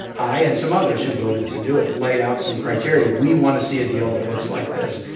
i and some others who voted to do it laid out some criteria we want to see a deal that looks like this.